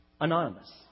anonymous